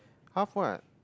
half what